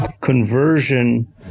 conversion